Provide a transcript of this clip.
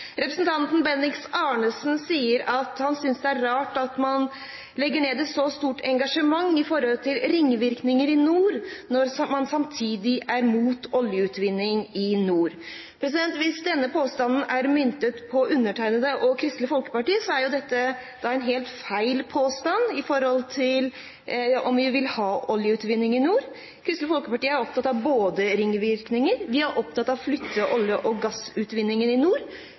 Representanten Bendiks H. Arnesen sier at han synes det er rart at man legger ned et så stort engasjement når det gjelder ringvirkninger i nord, når man samtidig er mot oljeutvinning i nord. Hvis denne påstanden er myntet på undertegnede og Kristelig Folkeparti, er dette en helt feil påstand i forhold til om vi vil ha oljeutvinning i nord. Kristelig Folkeparti er opptatt av ringvirkninger, og vi er opptatt av å flytte olje- og gassutvinninger i nord,